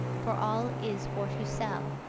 for all is for to sell